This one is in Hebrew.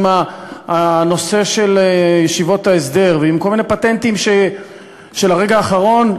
עם הנושא של ישיבות ההסדר ועם כל מיני פטנטים של הרגע האחרון,